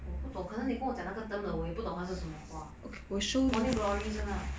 我不懂可能你跟我讲那个 term 的我也不懂那是什么花 morning glory 是吗